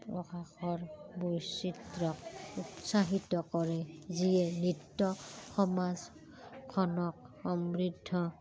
প্ৰশাসৰ বৈচিত্ৰক উৎসাহিত কৰে যিয়ে নৃত্য সমাজখনক সমৃদ্ধ